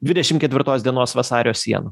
dvidešimt ketvirtos dienos vasario sienų